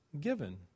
given